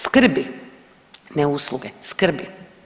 Skrbi ne usluge, skrbi.